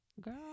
Girl